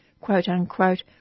quote-unquote